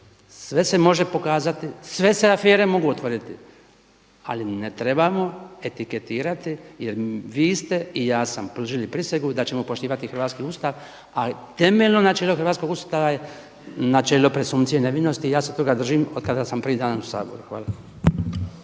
sve se može pokazati, sve se afere mogu otvoriti ali ne trebamo etiketirati jer vi ste i ja sam pružili prisegu da ćemo poštivati hrvatski Ustav a temeljno načelo hrvatskog Ustava je načelo presumpcije nevinosti i ja se toga držim od kada sam prvi dan u Saboru. Hvala.